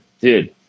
Dude